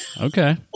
Okay